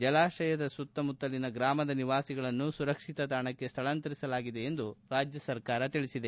ಜಲಾಶಯದ ಸುತ್ತಮುತ್ತಲಿನ ಗ್ರಾಮದ ನಿವಾಸಿಗಳನ್ನು ಸುರಕ್ಷಿತಾ ತಾಣಕ್ಕೆ ಸ್ಥಳಾಂತರಿಸಲಾಗಿದೆ ಎಂದು ರಾಜ್ಯ ಸರ್ಕಾರ ತಿಳಿಸಿದೆ